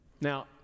Now